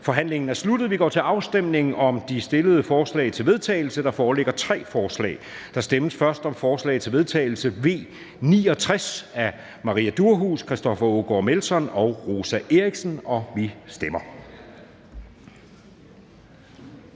Forhandlingen er sluttet, og vi går til afstemning om de stillede forslag til vedtagelse. Der foreligger tre forslag. Der stemmes først om forslag til vedtagelse nr. V 69 af Maria Durhuus (S), Christoffer Aagaard Melson (V) og Rosa Eriksen (M), og vi stemmer.